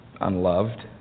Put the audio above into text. unloved